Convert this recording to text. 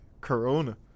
Corona